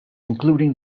including